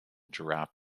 giraffe